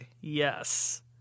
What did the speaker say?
Yes